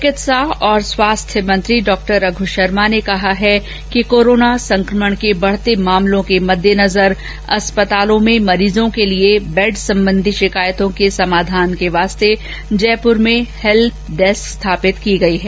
चिकित्सा और स्वास्थ्य मंत्री डॉक्टर रघू शर्मा ने कहा है कि कोरोना संक्रमण के बढ़ते मामलों के मद्देनजर अस्पतालों में मरीजों के लिए बैड सम्बन्धी शिकायतों के समाधान के लिए जयपुर में हेल्प डेस्क काम करेगा